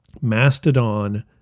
Mastodon